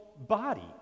body